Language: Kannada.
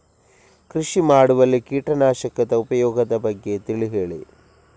ಕೃಷಿ ಮಾಡುವಲ್ಲಿ ಕೀಟನಾಶಕದ ಉಪಯೋಗದ ಬಗ್ಗೆ ತಿಳಿ ಹೇಳಿ